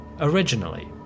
Originally